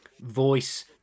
voice